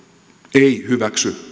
ei hyväksy